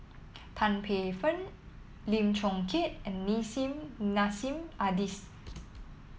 Tan Paey Fern Lim Chong Keat and Nissim Nassim Adis